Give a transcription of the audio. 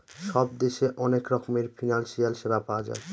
সব দেশে অনেক রকমের ফিনান্সিয়াল সেবা পাওয়া যায়